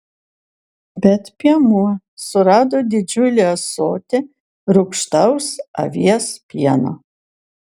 bet piemuo surado didžiulį ąsotį rūgštaus avies pieno